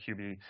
QB